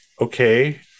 okay